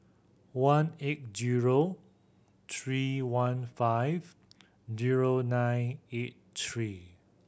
one eight zero three one five zero nine eight three